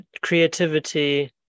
creativity